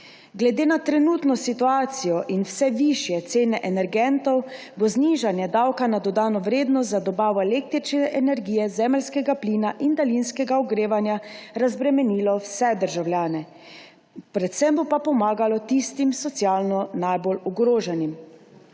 Glede na trenutno situacijo in vse višje cene energentov bo znižanje davka na dodano vrednost za dobavo električne energije, zemeljskega plina in daljinskega ogrevanja razbremenilo vse državljane, predvsem bo pa pomagalo tistim socialno najbolj ogroženim,